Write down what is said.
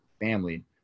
family